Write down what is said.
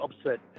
upset